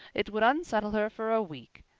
it would unsettle her for a week.